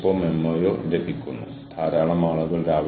നമ്മൾക്ക് ആ കോൺടാക്റ്റുകൾ ഉണ്ടായിരിക്കണം